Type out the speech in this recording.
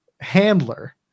handler